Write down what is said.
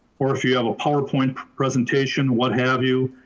or if you have a powerpoint presentation, what have you,